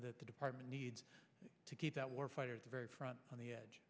that the department needs to keep that warfighter the very front on the edge